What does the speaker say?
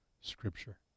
scripture